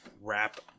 wrap